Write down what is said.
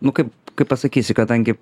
nu kaip kaip pasakysi kadangi